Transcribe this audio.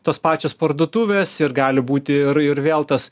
tos pačios parduotuvės ir gali būti ir ir vėl tas